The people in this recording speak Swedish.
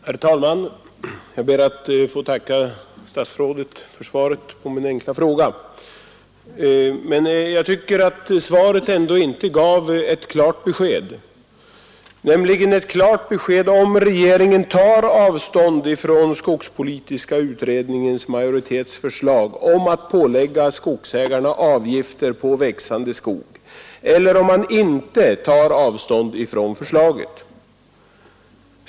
Herr talman! Jag ber att få tacka statsrådet för svaret på min enkla fråga. Jag tycker dock inte att svaret gav ett klart besked om huruvida regeringen tar avstånd från skogspolitiska utredningens majoritets förslag om att pålägga skogsägarna avgifter på växande skog eller om man inte tar avstånd från förslaget.